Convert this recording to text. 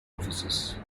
offices